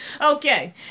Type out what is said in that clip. Okay